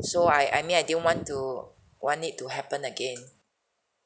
so I I mean I didn't want to want it to happen again